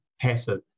passive